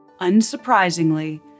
Unsurprisingly